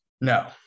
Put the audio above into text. No